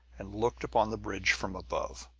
and looked upon the bridge from above.